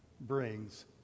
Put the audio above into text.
brings